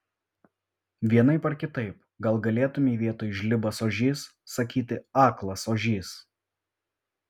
vienaip ar kitaip gal galėtumei vietoj žlibas ožys sakyti aklas ožys